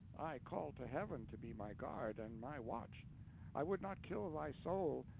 i call to heaven to be my guard and my watch i would not kill thy soul,